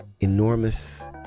enormous